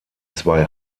zwei